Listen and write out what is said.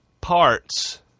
Parts